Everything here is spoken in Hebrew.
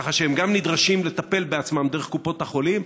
ככה שהם גם נדרשים לטפל בעצמם דרך קופות החולים,